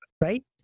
right